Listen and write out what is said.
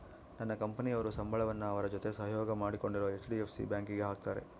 ನನ್ನ ಕಂಪನಿಯವರು ಸಂಬಳವನ್ನ ಅವರ ಜೊತೆ ಸಹಯೋಗ ಮಾಡಿಕೊಂಡಿರೊ ಹೆಚ್.ಡಿ.ಎಫ್.ಸಿ ಬ್ಯಾಂಕಿಗೆ ಹಾಕ್ತಾರೆ